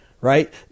right